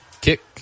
Kick